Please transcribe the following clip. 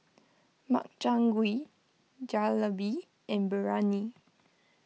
Makchang Gui Jalebi and Biryani